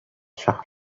شهر